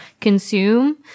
consume